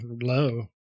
low